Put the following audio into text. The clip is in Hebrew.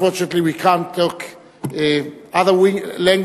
Unfortunately we can't speak other language